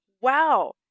wow